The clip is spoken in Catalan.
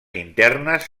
internes